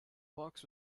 box